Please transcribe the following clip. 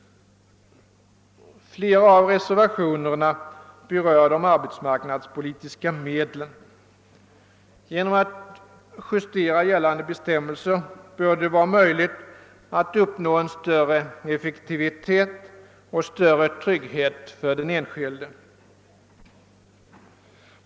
Flera av reservationerna berör de arbetsmarknadspolitiska medlen. Genom att justera gällande bestämmelser bör det vara möjligt att uppnå större effektivitet och större trygghet för den enskilde.